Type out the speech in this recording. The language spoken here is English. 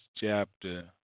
chapter